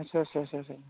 आदसा आदसा आदसा